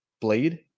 blade